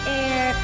air